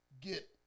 get